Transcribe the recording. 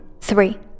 three